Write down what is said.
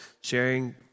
sharing